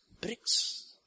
bricks